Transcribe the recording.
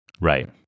Right